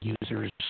users